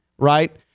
right